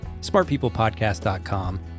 smartpeoplepodcast.com